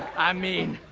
i mean,